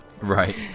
Right